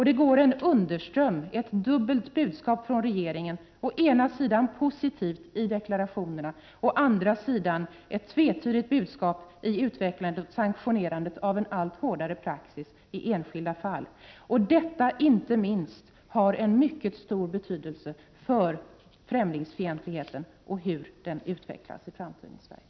Det går en underström, ett dubbelt budskap, från regeringen. Å ena sidan är man positiv i deklarationerna, å andra sidan lämnar man ett tvetydigt budskap i och med utvecklandet och sanktionerandet av en allt hårdare praxis i enskilda fall. Detta har inte minst en mycket stor betydelse för främlingsfientligheten och för hur den utvecklas i framtiden i Sverige.